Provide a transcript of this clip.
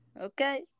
Okay